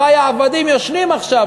אחי העבדים ישנים עכשיו.